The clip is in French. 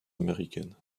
américaine